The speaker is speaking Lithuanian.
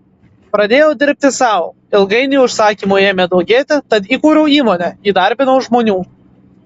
pradėjau dirbti sau ilgainiui užsakymų ėmė daugėti tad įkūriau įmonę įdarbinau žmonių